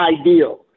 ideal